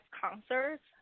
concerts